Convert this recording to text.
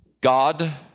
God